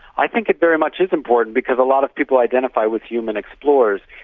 i think it very much is important because a lot of people identify with human explorers,